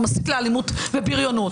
הוא מסית לאלימות ובריונות.